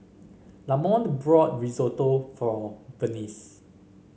Lamonte bought Risotto for Vince